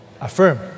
Affirm